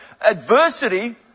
adversity